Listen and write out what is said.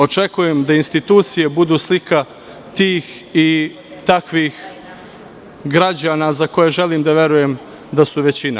Očekujem da institucije budu slika tih i takvih građana za koje želim da verujem da su većina.